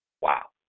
Wow